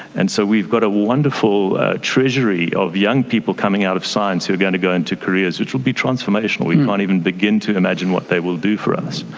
and so we've got a wonderful treasury of young people coming out of science who are going to go into careers, which will be transformational, we can't even begin to imagine what they will do for us.